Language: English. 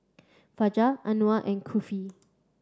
Fajar Anuar and Kifli